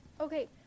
Okay